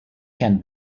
can